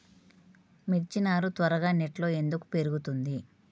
మిర్చి నారు త్వరగా నెట్లో ఎందుకు పెరుగుతుంది?